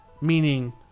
Meaning